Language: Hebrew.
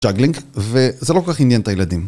ג'אגלינג וזה לא כל כך עניין את הילדים